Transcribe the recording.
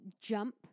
jump